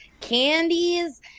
candies